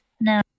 no